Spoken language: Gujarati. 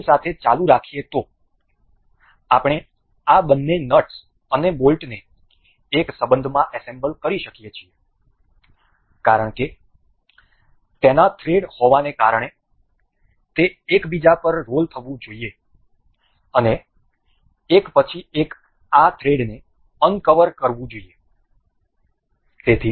આની સાથે ચાલુ રાખીએ તો આપણે આ બંને નટસ અને બોલ્ટને એક સંબંધમાં એસેમ્બલ કરી શકીએ છીએ કારણ કે તેના થ્રેડ હોવાને કારણે તે એકબીજા પર રોલ થવું જોઈએ અને એક પછી એક આ થ્રેડને અનકવર કરવું જોઈએ